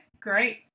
great